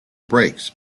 breaks